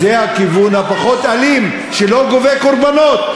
זה הכיוון הפחות-אלים, שלא גובה קורבנות.